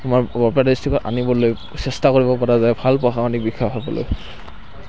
আমাৰ বৰপেটা ডিষ্ট্ৰিকত আনিবলৈ চেষ্টা কৰিব পৰা যায় ভাল প্ৰশাসনিক বিষয়া হ'বলৈ